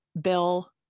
bill